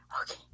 Okay